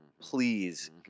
please